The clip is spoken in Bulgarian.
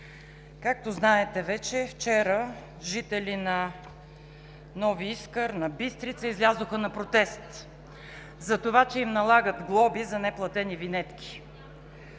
Както знаете вече, вчера жители на Нови Искър, на Бистрица излязоха на протест за това, че им налагат глоби за неплатени винетки